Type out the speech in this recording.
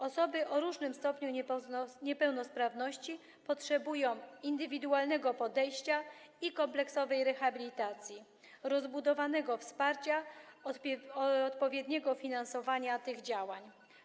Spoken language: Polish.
Osoby o różnym stopniu niepełnosprawności potrzebują indywidualnego podejścia i kompleksowej rehabilitacji, rozbudowanego wsparcia, odpowiedniego finansowania tych działań.